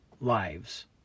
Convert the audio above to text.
lives